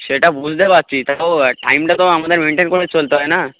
সেটা বুঝতে পারছি তাও টাইমটা তো আমাদের মেন্টেন করে চলতে হয় না